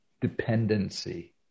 dependency